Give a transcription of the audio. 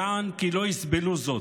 יען כי לא יסבלו זאת".